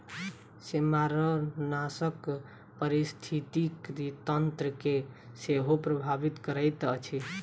सेमारनाशक पारिस्थितिकी तंत्र के सेहो प्रभावित करैत अछि